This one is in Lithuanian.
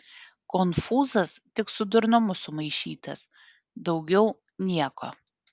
konfūzas tik su durnumu sumaišytas daugiau nieko